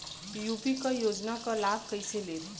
UP क योजना क लाभ कइसे लेब?